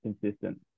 consistent